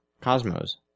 cosmos